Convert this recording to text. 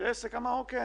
כשעסק אמר: אוקיי,